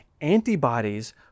antibodies